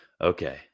okay